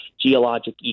geologic